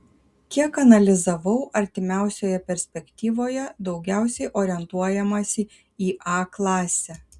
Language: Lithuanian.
kiek analizavau artimiausioje perspektyvoje daugiausiai orientuojamasi į a klasę